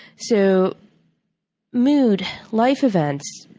so mood, life events,